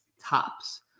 tops